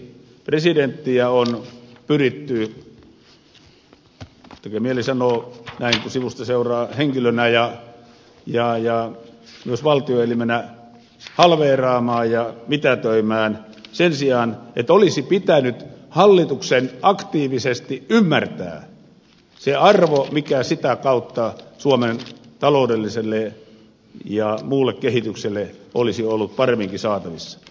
presidenttiä on pyritty tekee mieli sanoa näin kun sivusta seuraa henkilönä ja myös valtioelimenä halveeraamaan ja mitätöimään sen sijaan että olisi pitänyt hallituksen aktiivisesti ymmärtää se arvo mikä sitä kautta suomen taloudelliselle ja muulle kehitykselle olisi ollut paremminkin saatavissa